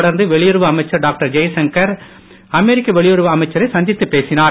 தொடர்ந்து வெளியுறவு அமைச்சர் டாக்டர் ஜெய்சங்கர் அமெரிக்க வெளியுறவு அமைச்சரவை சந்தித்து பேசினார்